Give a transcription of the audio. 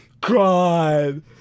God